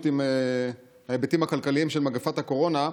עם ההיבטים הכלכליים של מגפת הקורונה.